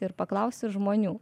ir paklausiu žmonių